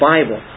Bible